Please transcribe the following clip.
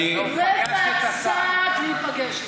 שעשה רבע צעד להיפגש איתם.